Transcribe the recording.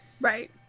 Right